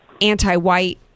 anti-white